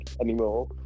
anymore